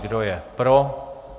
Kdo je pro?